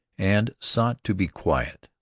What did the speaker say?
and sought to be quiet.